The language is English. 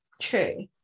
True